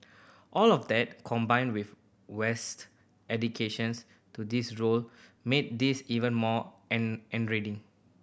all of that combined with West a dedications to his role made this even more end end reading